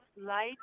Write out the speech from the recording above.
light